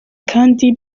kandi